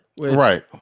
right